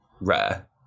rare